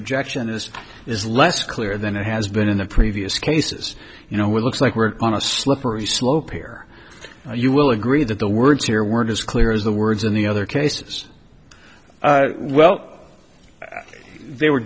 objection is is less clear than it has been in the previous cases you know with looks like we're on a slippery slope here you will agree that the words here weren't as clear as the words in the other cases well they were